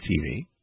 TV